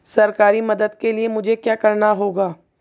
सरकारी मदद के लिए मुझे क्या करना होगा?